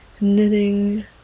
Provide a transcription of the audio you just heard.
knitting